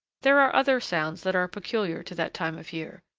there are other sounds that are peculiar to that time of year,